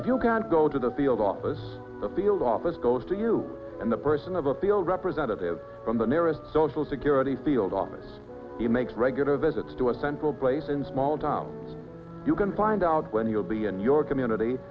if you can't go to the field office the field office goes to you and the person of appeal representative from the nearest social security field office he makes regular visits to a central place in small town you can find out when you'll be in your community